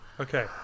okay